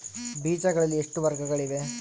ಬೇಜಗಳಲ್ಲಿ ಎಷ್ಟು ವರ್ಗಗಳಿವೆ?